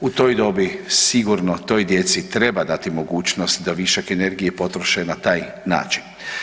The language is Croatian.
U toj dobi sigurno toj djeci treba dati mogućnost da višak energije potroše na taj način.